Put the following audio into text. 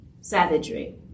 savagery